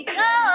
go